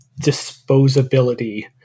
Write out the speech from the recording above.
disposability